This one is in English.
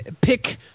pick